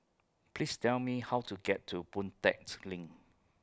Please Tell Me How to get to Boon Tat LINK